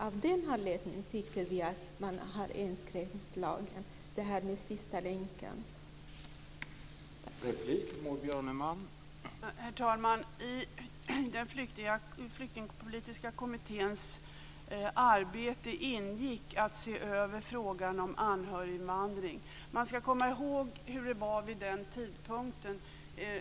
Av den anledningen tycker vi att man inskränkt lagen, dvs. bestämmelsen om sista länken togs bort.